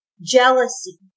jealousy